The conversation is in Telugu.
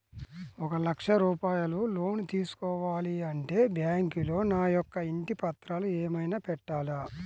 ఒక లక్ష రూపాయలు లోన్ తీసుకోవాలి అంటే బ్యాంకులో నా యొక్క ఇంటి పత్రాలు ఏమైనా పెట్టాలా?